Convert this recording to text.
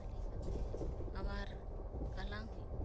ᱯᱷᱟᱹᱞᱤ ᱠᱟᱛᱮ ᱟᱵᱟᱨ ᱜᱟᱞᱟᱝ ᱦᱩᱭᱩᱜᱼᱟ